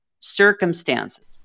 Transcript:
circumstances